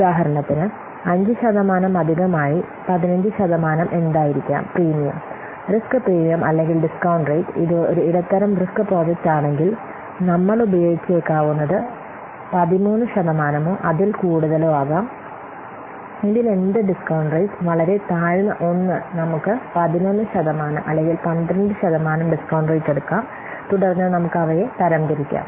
ഉദാഹരണത്തിന് 5 ശതമാനം അധികമായി 15 ശതമാനം എന്തായിരിക്കാം പ്രീമിയം റിസ്ക് പ്രീമിയം അല്ലെങ്കിൽ ഡിസ്കൌണ്ട് റേറ്റ് ഇത് ഒരു ഇടത്തരം റിസ്ക് പ്രോജക്റ്റ് ആണെങ്കിൽ നമ്മൾ ഉപയോഗിച്ചേക്കാവുനത് 13 ശതമാനമോ അതിൽ കൂടുതലോ ആകാം ഇതിൽ എന്ത് ഡിസ്കൌണ്ട് റേറ്റ് വളരെ താഴ്ന്ന ഒന്ന് നമുക്ക് 11 ശതമാനം അല്ലെങ്കിൽ 12 ശതമാനം ഡിസ്കൌണ്ട് റേറ്റ് എടുക്കാം തുടർന്ന് നമുക്ക് അവയെ തരംതിരിക്കാം